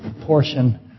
portion